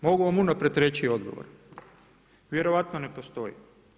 Mogu vam u naprijed reći odgovor, vjerojatno ne postoji.